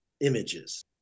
images